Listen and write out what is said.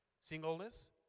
Singleness